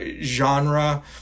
genre